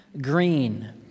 green